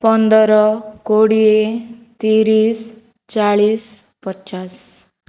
ପନ୍ଦର କୋଡ଼ିଏ ତିରିଶ ଚାଳିଶ ପଚାଶ